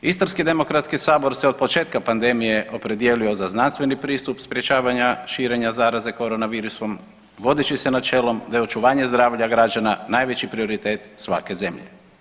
Istarski demokratski sabor se od početka pandemije opredijelio za znanstveni pristup sprječavanja širenja zaraze Corona virusom vodeći se načelom da je očuvanje zdravlja građana najveći prioritet svake zemlje.